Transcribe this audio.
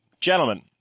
Gentlemen